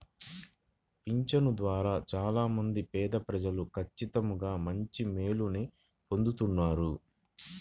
పింఛను ద్వారా చాలా మంది పేదప్రజలు ఖచ్చితంగా మంచి మేలుని పొందుతున్నారు